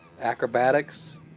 Acrobatics